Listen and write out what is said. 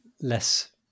less